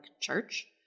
church